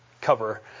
cover